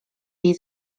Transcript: jej